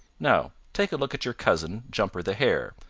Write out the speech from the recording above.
now take a look at your cousin, jumper the hare,